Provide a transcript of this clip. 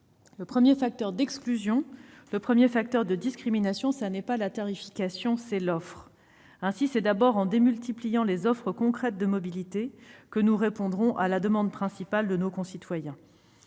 Le premier facteur d'exclusion ou de discrimination, c'est non pas la tarification, mais l'offre. Ainsi, c'est d'abord en démultipliant les offres concrètes de mobilité que nous répondrons à la principale demande de nos concitoyens.